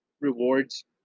rewards